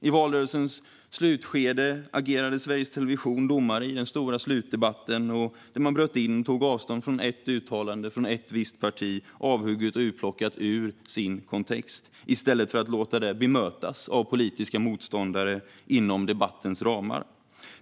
I valrörelsens slutskede agerade Sveriges Television domare i den stora slutdebatten, där man bröt in och tog avstånd från ett uttalande från ett visst parti, avhugget och urplockat ur sin kontext, i stället för att låta det bemötas av politiska motståndare inom debattens ramar.